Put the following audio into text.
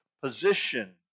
position